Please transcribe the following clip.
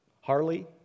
Harley